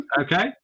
Okay